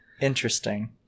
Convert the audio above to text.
Interesting